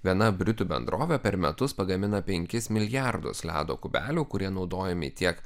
viena britų bendrovė per metus pagamina penkis milijardus ledo kubelių kurie naudojami tiek